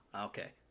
okay